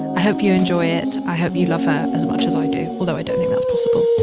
i hope you enjoy it. i hope you love her as much as i do, although i don't think that's possible.